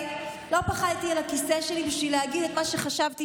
לא פחדתי על הכיסא שלי בשביל להגיד את מה שחשבתי